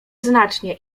znacznie